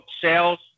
sales